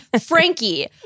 Frankie